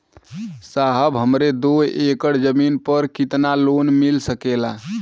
साहब हमरे दो एकड़ जमीन पर कितनालोन मिल सकेला?